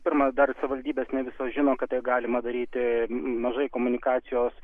pirma dar savivaldybės ne visos žino kad tai galima daryti mažai komunikacijos